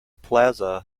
plaza